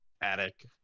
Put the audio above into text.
attic